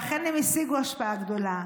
אכן, הם השיגו השפעה גדולה.